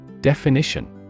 Definition